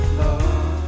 love